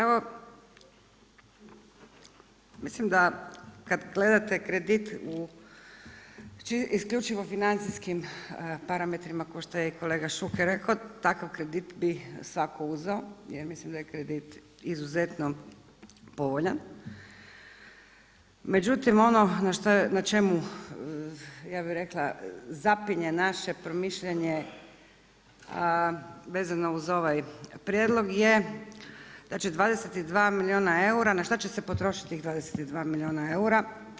Evo mislim kada gledate kredite isključivo u financijskim parametrima kao što je kolega Šuker rekao, takav kredit bi svako uzeo jer mislim da je kredit izuzetno povoljan, međutim ono na čemu ja bih rekla zapinje naše promišljanje, a vezano uz ovaj prijedlog je da će 22 milijuna eura na šta će se potrošiti tih 22 milijuna eura.